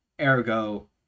ergo